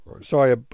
Sorry